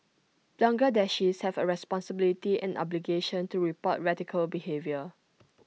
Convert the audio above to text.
Bangladeshis have A responsibility and obligation to report radical behaviour